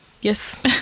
Yes